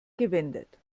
gewendet